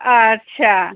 अच्छा